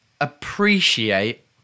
appreciate